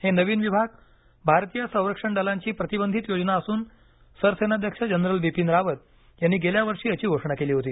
हे नवीन विभाग भारतीय संरक्षण दलांची प्रतिबंधित योजना असून सरसेनाध्यक्ष जनरल बिपिन रावत यांनी गेल्या वर्षी याची घोषणा केली होती